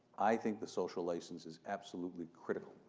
i think the social license is absolutely critical.